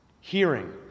Hearing